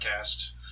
podcast